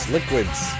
Liquids